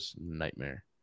nightmare